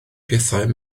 pethau